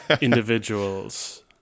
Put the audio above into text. individuals